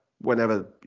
whenever